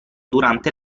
durante